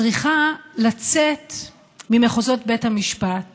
צריכה לצאת ממחוזות בית המשפט